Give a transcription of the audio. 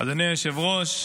אדוני היושב-ראש,